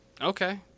Okay